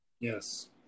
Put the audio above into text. Yes